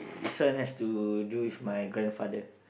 this one has to do with my grandfather